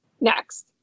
next